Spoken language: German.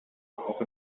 auch